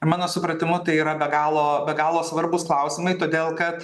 mano supratimu tai yra be galo be galo svarbūs klausimai todėl kad